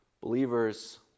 Believers